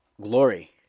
glory